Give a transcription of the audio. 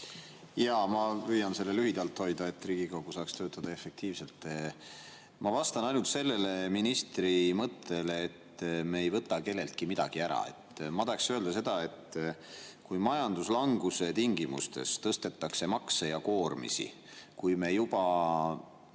Jaa. Ma püüan selle lühida hoida, et Riigikogu saaks töötada efektiivselt. Ma vastan ainult sellele ministri mõttele, et me ei võta kelleltki midagi ära. Ma tahan öelda seda, et kui majanduslanguse tingimustes tõstetakse makse ja koormisi, kui me juba